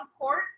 court